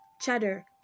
cheddar